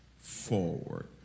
forward